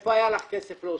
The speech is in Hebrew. מאיפה היה לך כסף להוסיף?